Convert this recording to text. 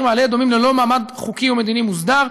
מעלה-אדומים ללא מעמד חוקי ומדיני מוסדר,